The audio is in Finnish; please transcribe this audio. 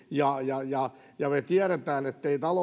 ja ja me tiedämme ettei